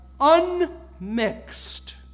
unmixed